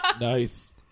Nice